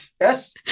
Yes